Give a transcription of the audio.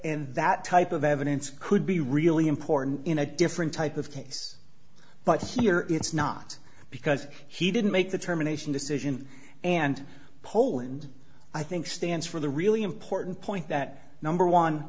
and that type of evidence could be really important in a different type of case but here it's not because he didn't make the terminations decision and poland i think stands for the really important point that number one